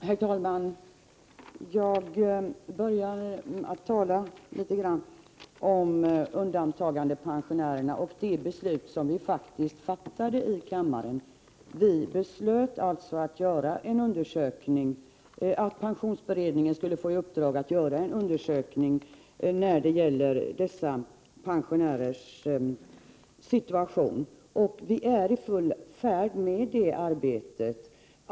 Herr talman! Jag börjar med att tala om undantagandepensionärerna och det beslut som vi faktiskt fattade i kammaren. Vi beslöt att pensionsberedningen skulle genomföra en undersökning av dessa pensionärers situation. Vi är i pensionsberedningen i full färd med det arbetet.